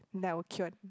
then I'll cured